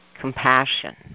compassion